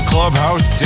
Clubhouse